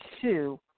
two